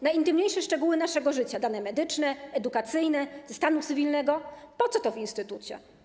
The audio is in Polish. Najintymniejsze szczegóły naszego życia, dane medyczne, edukacyjne, dotyczące stanu cywilnego - po co to w instytucie?